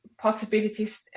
possibilities